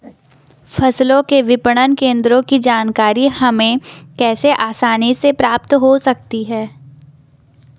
फसलों के विपणन केंद्रों की जानकारी हमें कैसे आसानी से प्राप्त हो सकती?